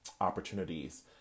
opportunities